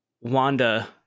Wanda